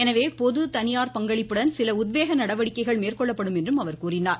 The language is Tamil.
எனவே பொது தனியார் பங்களிப்புடன் சில உத்வேக நடவடிக்கைகள் மேற்கொள்ளப்படும் என்றார்